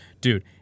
dude